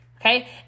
okay